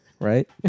right